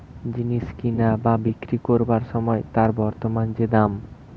জিনিস কিনা বা বিক্রি কোরবার সময় তার বর্তমান যে দাম